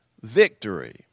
victory